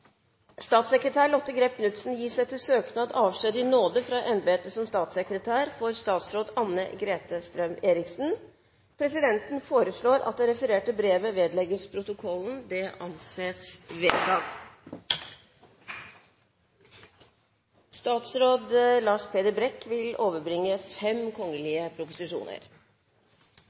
Statssekretær Lotte Grepp Knutsen gis etter søknad avskjed i nåde fra embetet som statssekretær for statsråd Anne-Grete Strøm-Erichsen.» Presidenten foreslår at det refererte brevet vedlegges protokollen. – Det anses vedtatt. Representanten Trine Skei Grande vil